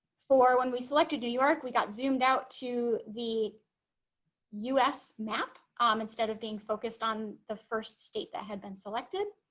for when we selected new york we got zoomed out to the u s. map um instead of being focused on the first state that had been selected